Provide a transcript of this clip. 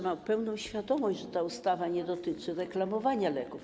Mam pełną świadomość, że ta ustawa nie dotyczy reklamowania leków.